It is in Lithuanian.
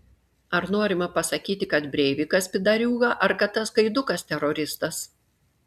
ar norima pasakyti kad breivikas pydariūga ar kad tas gaidukas teroristas